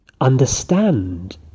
understand